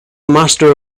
master